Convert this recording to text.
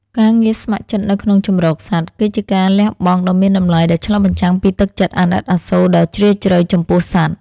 ការងារស្ម័គ្រចិត្តនៅក្នុងជម្រកសត្វ គឺជាការលះបង់ដ៏មានតម្លៃដែលឆ្លុះបញ្ចាំងពីទឹកចិត្តអាណិតអាសូរដ៏ជ្រាលជ្រៅចំពោះសត្វ។